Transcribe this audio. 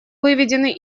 выведенный